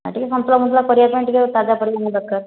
ଆଉ ଟିକେ ସନ୍ତୁଳା ଫନ୍ତୁଳା କରିବା ପାଇଁ ଟିକେ ତାଜା ପରିବା ଦରକାର